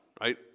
right